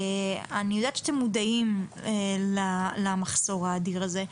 אני יודעת שאתם מודעים למחסור האדיר הזה,